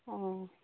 অঁ